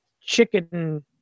chicken